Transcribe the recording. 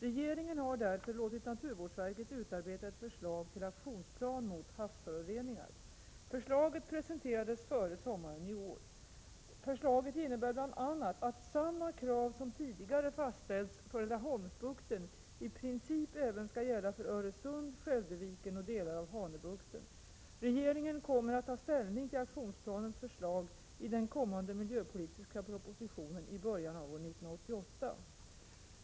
Regeringen har därför låtit naturvårdsverket utarbeta ett förslag till aktionsplan mot havsföroreningar. Förslaget presenterades före sommaren i år. Förslaget innebär bl.a. att samma krav som tidigare fastställts för Laholmsbukten i = Prot. 1987/88:22 princip även skall gälla för Öresund, Skälderviken och delar av Hanöbukten. — 12 november 1987 Regeringen kommer att ta ställning till aktionsplanens förslag i den = ACC kommande miljöpolitiska propositionen i början av år 1988.